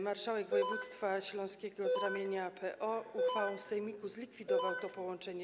Marszałek województwa śląskiego z ramienia PO uchwałą sejmiku zlikwidował to połączenie.